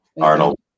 Arnold